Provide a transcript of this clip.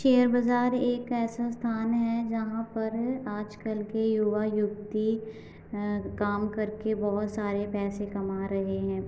share बाजार एक ऐसा स्थान है जहाँ पर आजकल के युवा युवती अ काम करके बहुत सारे पैसे कमा रहे हैं